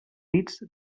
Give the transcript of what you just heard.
dits